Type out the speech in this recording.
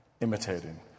imitating